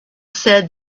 said